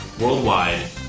worldwide